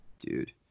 Dude